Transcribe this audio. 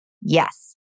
Yes